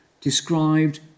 described